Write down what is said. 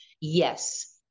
Yes